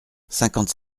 cinquante